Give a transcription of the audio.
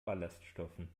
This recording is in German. ballaststoffen